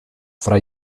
fra